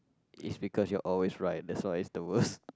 it's because you're always right that's why it's the worst